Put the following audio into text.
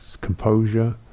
composure